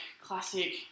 classic